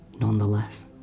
nonetheless